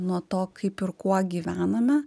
nuo to kaip ir kuo gyvename